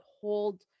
hold